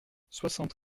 soixante